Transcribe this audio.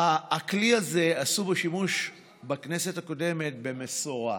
הכלי הזה, עשו בו שימוש בכנסת הקודמת במשורה.